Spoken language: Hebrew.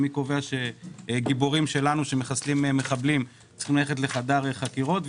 מי קבע שגיבורים שלנו שמחסלים מחבלים צריכים ללכת לחדר חקירות?